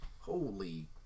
Holy